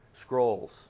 scrolls